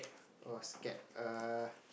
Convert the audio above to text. oh scared err